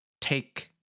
take